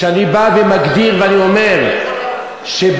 כשאני בא ומגדיר ואומר שבת,